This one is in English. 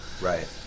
right